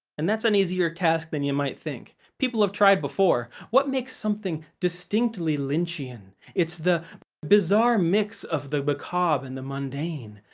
and that's an easier task than you might think. people have tried before. what makes something distinctly lynchian? it's the bizarre mix of the macabre and the mundane,